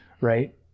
Right